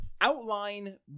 outline